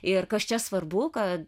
ir kas čia svarbu kad